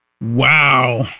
Wow